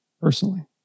personally